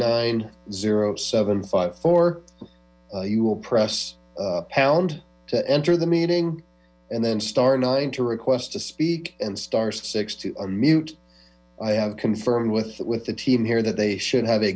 nine zero seven five four you will press pound to enter the meeting and then star nine to request to speak and star six two are mute i have confirmed with with the team here that they should have a